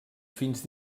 fins